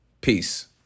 Peace